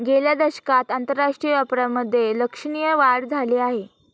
गेल्या दशकात आंतरराष्ट्रीय व्यापारामधे लक्षणीय वाढ झाली आहे